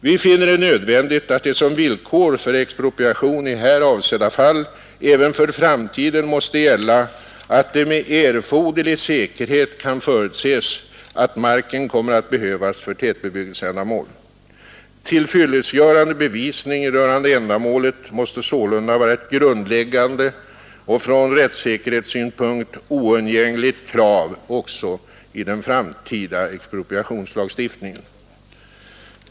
Vi finner det nödvändigt att det som villkor för expropriation i här avsedda fall även för framtiden skall gälla att det med erforderlig säkerhet kan förutses att marken kommer att behövas för tätbebyggelseändamål. Tillfyllestgörande bevisning rörande ändamålet måste sålunda vara ett grundläggande och från rättssäkerhetssynpunkt oundgängligt krav också i den framtida expropriationslagstiftningen.